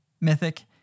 mythic